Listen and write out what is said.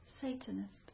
satanist